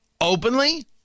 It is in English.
openly